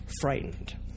frightened